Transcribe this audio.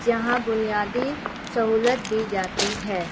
جہاں بنیادی سہولت دی جاتی ہے